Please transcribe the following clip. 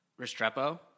Restrepo